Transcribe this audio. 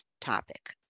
topic